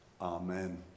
Amen